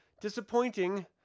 disappointing